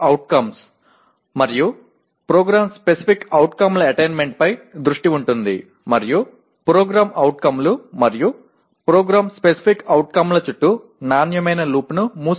மேலும் இந்த அலகு POக்கள் மற்றும் PSOக்களை அடைவதைக் கணக்கிடுவதில் கவனம் செலுத்துகிறது மற்றும் POக்கள் மற்றும் PSOக்களைச் சுற்றியுள்ள தர வளையத்தை மூடும்